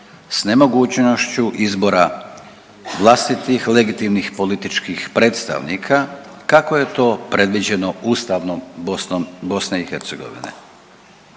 s nemogućnošću izbora vlastitih legitimnih političkih predstavnika kako je to predviđeno ustavnom Bosnom, BiH.